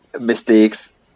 mistakes